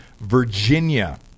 Virginia